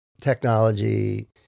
technology